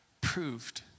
proved